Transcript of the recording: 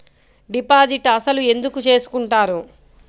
Deposit అసలు ఎందుకు చేసుకుంటారు?